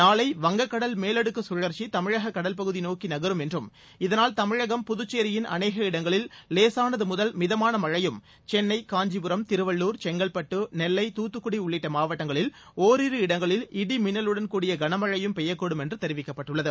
நாளை வங்கக் கடல் மேலடுக்கு கழற்சி தமிழக கடல் பகுதி நோக்கி நகரும் என்றும் இதனால் தமிழகம் புதுச்சேரியின் அளேக இடங்களில் லேசானது முதல் மிதமான மழையும் சென்னை காஞ்சிபுரம் திருவள்ளுர் செங்கல்பட்டு நெல்லை தூத்துக்குடி உள்ளிட்ட மாவட்டங்களில் ஓரிரு இடங்களில் இடி மின்னலுடன் கூடிய கனமழையும் பெய்யக்கூடும் என்றும் தெரிவிக்கப்பட்டுள்ளது